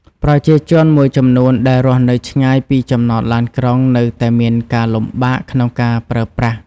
ប្រជាជនមួយចំនួនដែលរស់នៅឆ្ងាយពីចំណតឡានក្រុងនៅតែមានការលំបាកក្នុងការប្រើប្រាស់។